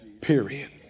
Period